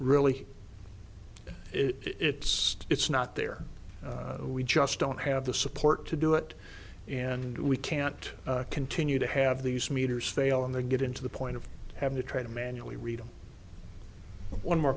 really it's it's not there we just don't have the support to do it and we can't continue to have these meters fail on the get into the point of having to try to manually read one more